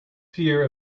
fear